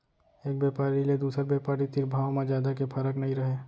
एक बेपारी ले दुसर बेपारी तीर भाव म जादा के फरक नइ रहय